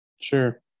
Sure